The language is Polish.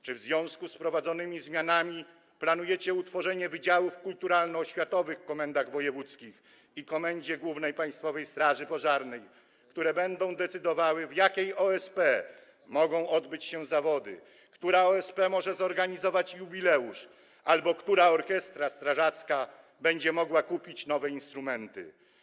Czy w związku z prowadzonymi zmianami planujecie utworzenie wydziałów kulturalno-oświatowych w komendach wojewódzkich i Komendzie Głównej Państwowej Straży Pożarnej, które będą decydowały, w jakiej OSP mogą odbyć się zawody, która OSP może zorganizować jubileusz albo która orkiestra strażacka będzie mogła kupić nowe instrumenty?